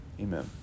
amen